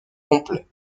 complet